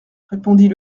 répondit